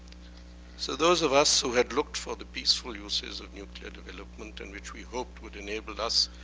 so those of us who had looked for the peaceful uses of nuclear development, and which we hoped would enable us,